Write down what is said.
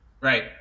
Right